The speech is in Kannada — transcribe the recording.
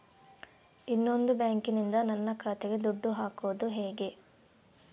ಇನ್ನೊಂದು ಬ್ಯಾಂಕಿನಿಂದ ನನ್ನ ಖಾತೆಗೆ ದುಡ್ಡು ಹಾಕೋದು ಹೇಗೆ?